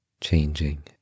changing